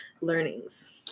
learnings